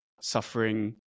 suffering